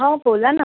हो बोला ना